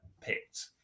picked